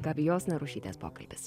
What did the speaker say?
gabijos narušytės pokalbis